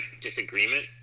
disagreement